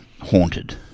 haunted